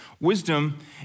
Wisdom